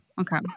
Okay